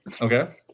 Okay